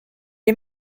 est